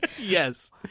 Yes